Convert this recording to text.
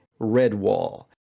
redwall